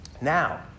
now